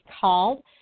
called